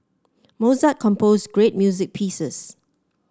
Mozart composed great music pieces